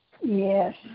Yes